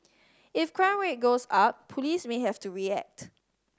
if crime rate goes up police may have to react